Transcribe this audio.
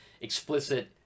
explicit